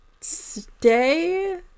Stay